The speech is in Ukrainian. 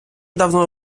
давно